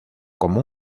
como